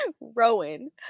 Rowan